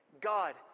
God